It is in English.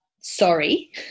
sorry